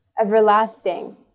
everlasting